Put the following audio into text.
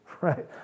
right